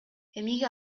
эмнеге